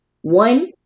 One